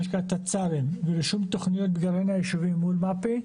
מה שנקרא תצ"רים רישום תוכניות בגרעין היישובים מול מפ"י,